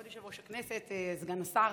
כבוד יושב-ראש הכנסת, סגן השר,